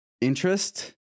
Interest